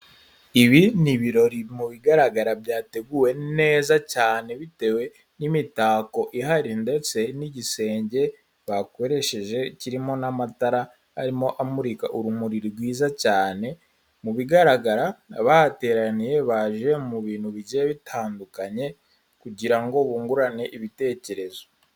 Ibi ni ibirori mu bigaragara byateguwe neza cyane, bitewe n'imitako ihari ndetse n'igisenge bakoresheje kirimo n'amatara arimo amurika urumuri rwiza cyane, mu bigaragara abahateraniye baje mu bintu bigiye bitandukanye kugira ngo bungurane ibitekerezo.